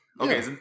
okay